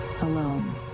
Alone